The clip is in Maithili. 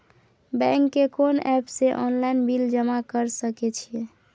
बैंक के कोन एप से ऑनलाइन बिल जमा कर सके छिए?